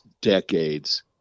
decades